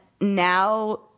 Now